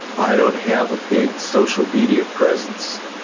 i don't have a big social media presence.